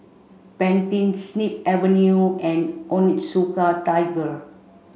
Pantene Snip Avenue and Onitsuka Tiger